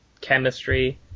chemistry